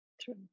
True